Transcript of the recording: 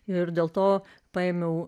ir dėl to paėmiau